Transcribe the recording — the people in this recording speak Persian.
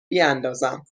بیاندازم